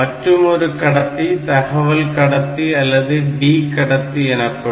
மற்றுமொரு கடத்தி தகவல் கடத்தி அல்லது D கடத்தி எனப்படும்